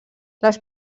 les